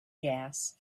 gas